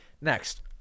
next